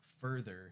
further